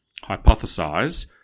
hypothesize